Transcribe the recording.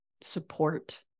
support